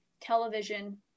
television